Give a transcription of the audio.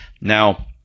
Now